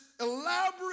elaborate